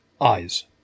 eyes